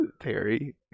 Terry